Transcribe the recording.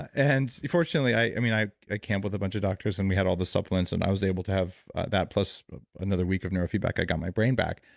and fortunately, i mean i i camp with a bunch of doctors and we had all the supplements and i was able to have that plus another week of neurofeedback. i got my brain back,